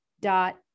dot